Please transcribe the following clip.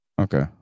Okay